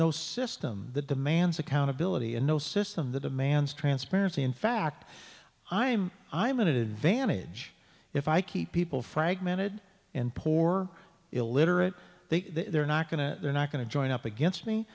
no system that demands accountability and no system that demands transparency in fact i'm i'm an advantage if i keep people fragmented and poor illiterate they are not going to not going to join up against me